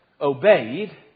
obeyed